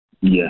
Yes